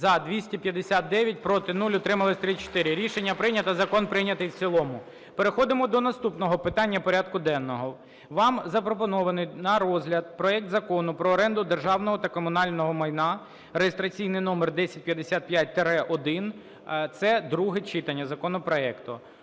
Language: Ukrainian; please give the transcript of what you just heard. За-259 Проти – 0, утрималися – 34. Рішення прийнято. Закон прийнятий в цілому. Переходимо до наступного питання порядку денного. Вам запропонований на розгляд проект Закону про оренду державного та комунального майна (реєстраційний номер 1055-1). Це друге читання законопроекту.